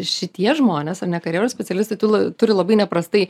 šitie žmonės ar ne karjeros specialistai tu li turi labai neprastai